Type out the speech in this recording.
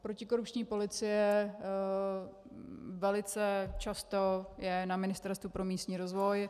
Protikorupční policie velice často je na Ministerstvu pro místní rozvoj.